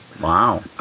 wow